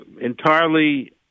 entirely